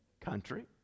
Country